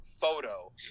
photo